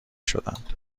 شدند